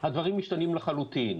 הדברים משתנים לחלוטין.